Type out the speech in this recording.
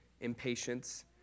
impatience